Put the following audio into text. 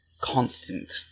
constant